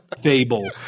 Fable